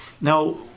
Now